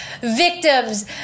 victims